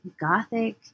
gothic